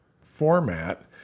format